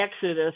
exodus